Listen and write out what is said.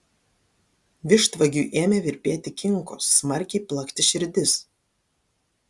vištvagiui ėmė virpėti kinkos smarkiai plakti širdis